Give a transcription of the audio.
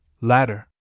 ladder